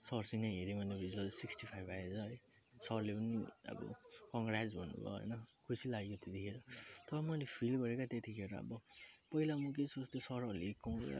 सरसितै हेऱ्यो भने result sixty five आएछ सरले पनि अब कङ्ऱ्याट्स भन्नुभयो हैन खुसी लाग्यो त्यतिखेर तर मैले फिल गरेँ क्या त्यतिखेर अब पहिला म बेसी जस्तो सरहरूले कङ्ऱ्याट्स